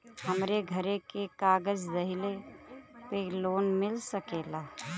हमरे घरे के कागज दहिले पे लोन मिल सकेला?